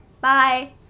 Bye